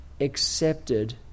accepted